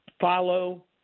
follow